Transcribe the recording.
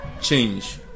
change